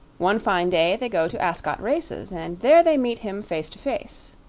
one fine day they go to ascot races, and there they meet him face to face.